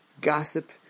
gossip